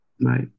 Right